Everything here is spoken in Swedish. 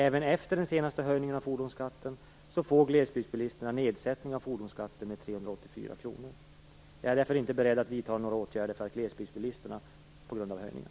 Även efter den senaste höjningen av fordonsskatten får glesbygdsbilisterna en nedsättning av fordonsskatten med 384 kr. Jag är därför inte beredd att vidta några åtgärder för glesbygdsbilisterna på grund av höjningen.